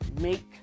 make